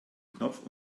knopf